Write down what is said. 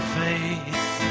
face